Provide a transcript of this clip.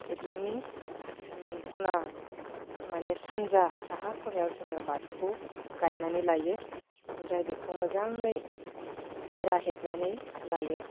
सिथ्लानि उम खना माने सानजा साहा खनायाव जोङो बाथौखौ गायनानै लायो ओमफ्राय बेखौ मोजाङै बेरा हेबनानै लायो